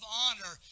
honor